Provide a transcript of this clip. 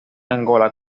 angola